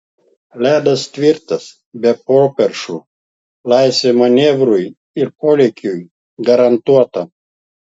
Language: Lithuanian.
ledas tvirtas be properšų laisvė manevrui ir polėkiui garantuota